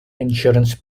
insurance